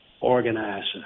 organizer